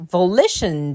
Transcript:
Volition